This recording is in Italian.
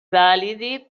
validi